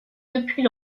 depuis